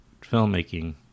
filmmaking